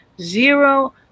zero